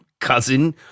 cousin